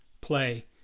play